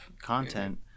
content